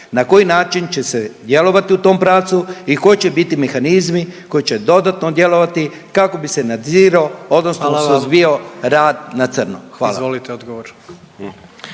na koji način će se djelovati u tom pravcu i koji će biti mehanizmi koji će dodatno djelovati kako bi se nadzirao odnosno suzbijao rad…/Upadica: Hvala vam/…na crno?